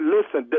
Listen